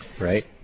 Right